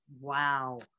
Wow